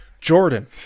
Jordan